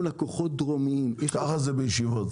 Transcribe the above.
ככה זה בישיבות.